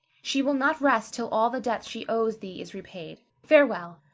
she will not rest till all the debt she owes thee is repaid. farewell,